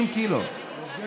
50 ק"ג.